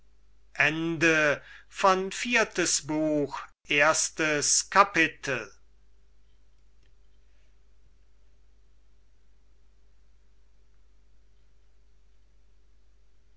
viertes buch erstes kapitel